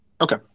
Okay